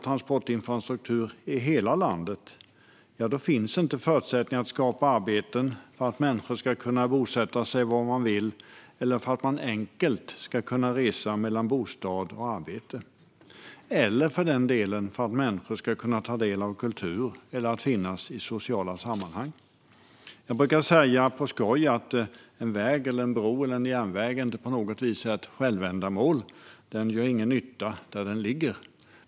Transportslagen är för övrigt fem stycken, vill jag passa på att säga, nämligen de traditionella såsom sjöfarten, flyget, vägen och järnvägen men också it-infrastrukturen. Utan fungerande it eller datakommunikation fungerar inte de traditionella på ett optimalt och effektivt sätt. Jag brukar på skoj säga att en väg, bro eller järnväg inte på något vis är ett självändamål. Den gör ingen nytta där den ligger.